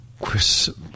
Chris